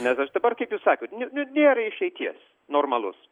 nes aš dabar kaip jūs sakot nu nėra išeities normalus